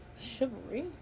Chivalry